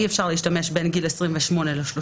אי אפשר להשתמש בין גיל 28 ל-35,